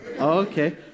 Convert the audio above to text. okay